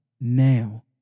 now